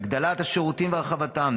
בהגדלת השירותים ובהרחבתם,